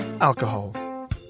alcohol